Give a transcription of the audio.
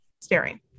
staring